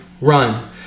run